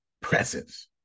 presence